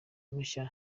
mushya